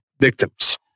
victims